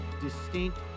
distinct